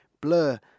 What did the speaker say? Blur